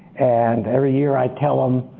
and every year i tell them,